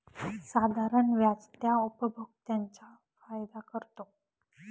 साधारण व्याज त्या उपभोक्त्यांचा फायदा करतो